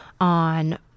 on